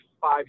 five